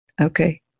Okay